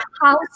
house